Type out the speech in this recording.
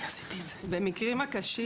במקרים הקשים,